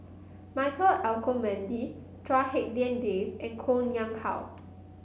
Michael Olcomendy Chua Hak Lien Dave and Koh Nguang How